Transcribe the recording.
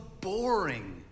boring